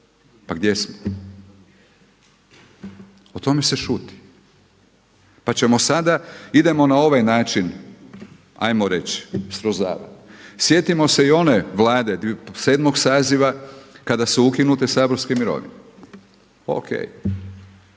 Pa gdje smo? O tome se šuti, pa ćemo sada idemo na ovaj način ajmo reći srozavanja. Sjetimo se i one Vlade 7. saziva kada su ukinute saborske mirovine. O.k.